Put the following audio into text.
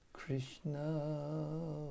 Krishna